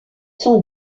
sont